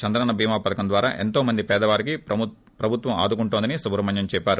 చంద్రన్న భీమా పదకం ద్వారా ఎంతోమంది పేదవారిని ప్రభుత్వం అందిస్తోందని సుబ్రహ్మణ్యం చెప్పారు